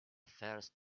first